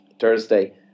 Thursday